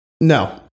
No